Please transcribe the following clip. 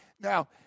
Now